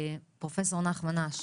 פרופסור נחמן אש,